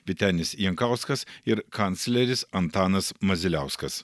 vytenis jankauskas ir kancleris antanas maziliauskas